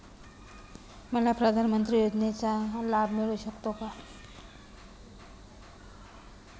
मला प्रधानमंत्री आवास योजनेचा लाभ मिळू शकतो का?